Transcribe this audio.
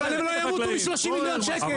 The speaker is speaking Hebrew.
אבל הם לא ימותו מ-30 מיליון שקל,